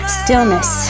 stillness